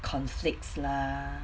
conflicts lah